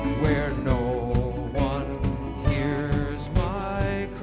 where no one hears my